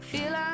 Feel